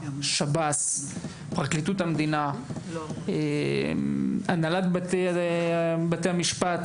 הממשלה, שב"ס, פרקליטות המדינה, הנהלת בתי המשפט